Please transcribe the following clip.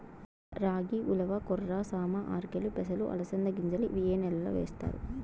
రాగి, ఉలవ, కొర్ర, సామ, ఆర్కెలు, పెసలు, అలసంద గింజలు ఇవి ఏ నెలలో వేస్తారు?